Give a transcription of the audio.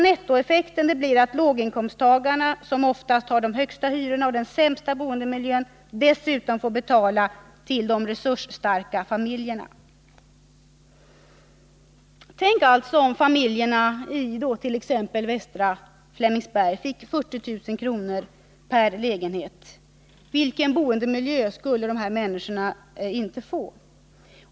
Nettoeffekten blir att låginkomsttagarna, som oftast har de högsta hyrorna och den sämsta boendemiljön, dessutom får betala bidrag till de resursstarka familjerna. Tänk alltså ifall familjerna it.ex. Västra Flemingsberg fick 40 000 kr. per lägenhet — vilken boendemiljö skulle de här människorna då inte kunna få!